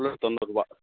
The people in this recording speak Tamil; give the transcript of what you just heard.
புல்லெட்டு தொண்ணூறுபா